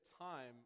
time